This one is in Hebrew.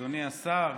אדוני השר,